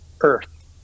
earth